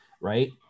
right